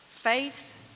Faith